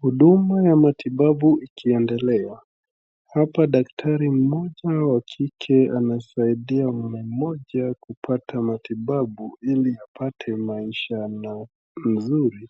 Huduma ya matibabu ikiendelea, hapa daktari mmoja wa kike anasaidia mme mmoja kupata matibabu ili apate maisha mazuri